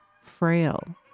frail